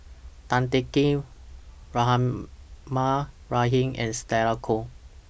Tan Teng Kee Rahimah Rahim and Stella Kon